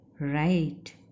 Right